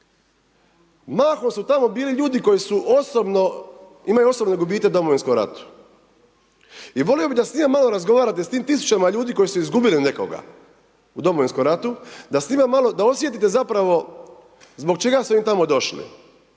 Mahom su tamo bili ljudi koji su osobno, imaju osobne gubitke u Domovinskom ratu i volio bih da s njima malo razgovarate, s tim tisućama ljudi koji su izgubili nekoga, u Domovinskom ratu, da s njima malo, da osjetite zapravo zbog čega su oni tamo došli.